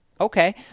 Okay